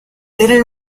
eran